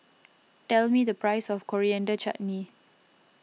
tell me the price of Coriander Chutney